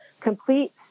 complete